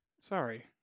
sorry